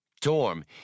Torm